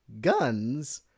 guns